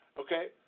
okay